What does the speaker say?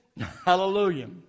Hallelujah